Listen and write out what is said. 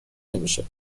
نمیشه